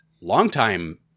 longtime